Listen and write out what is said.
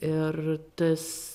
ir tas